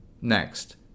Next